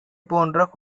போன்ற